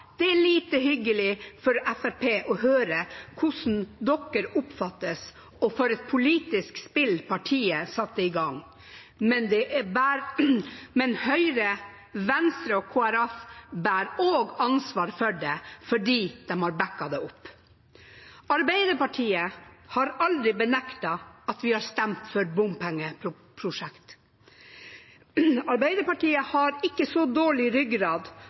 det er lite hyggelig for Fremskrittspartiet å høre hvordan de oppfattes – og for et politisk spill partiet satte i gang. Men Høyre, Venstre og Kristelig Folkeparti bærer også ansvar for dette, for de har bakket det opp. Arbeiderpartiet har aldri benektet at vi har stemt for bompengeprosjekter. Arbeiderpartiet har ikke så dårlig ryggrad